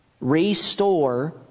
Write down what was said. restore